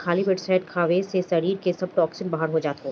खाली पेट शहद खाए से शरीर के सब टोक्सिन बाहर हो जात हवे